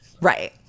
Right